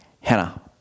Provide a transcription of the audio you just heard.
Hannah